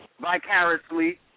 vicariously